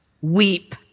Weep